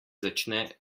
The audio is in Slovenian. začne